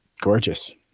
gorgeous